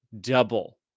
double